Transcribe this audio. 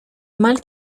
mal